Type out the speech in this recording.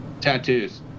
Tattoos